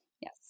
Yes